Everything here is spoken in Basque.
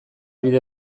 bide